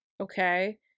Okay